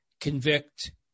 convict